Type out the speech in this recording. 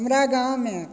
हमरा गाँवमे